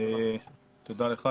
תודה לך,